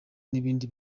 n’ibindi